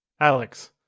Alex